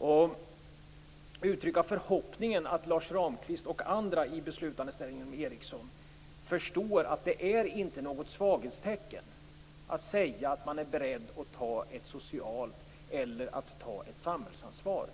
Jag vill uttrycka förhoppningen att Lars Ramqvist och andra i beslutande ställning inom Ericsson förstår att det inte är något svaghetstecken att säga att man är beredd att ta ett socialt ansvar eller ett samhällsansvar.